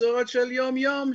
מקצועות של יום יום,